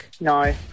No